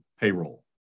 payroll